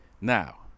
Now